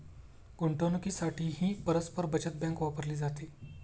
गुंतवणुकीसाठीही परस्पर बचत बँक वापरली जाते